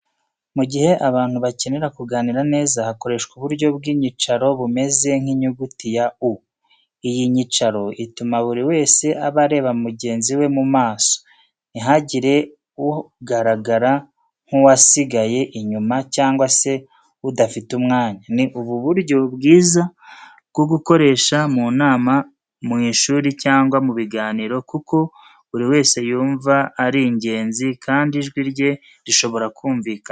Mu gihe abantu bakenera kuganira neza, hakoreshwa uburyo bw’inyicaro bumeze nk’inyuguti ya U. Iyi nyicaro ituma buri wese aba areba mugenzi we mu maso, ntihagire ugaragara nk’uwasigaye inyuma, cyangwa se udafite umwanya. Ni uburyo bwiza bwo gukoresha mu nama, mu ishuri cyangwa mu biganiro, kuko buri wese yumva ari ingenzi kandi ijwi rye rishobora kumvikana.